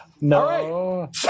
No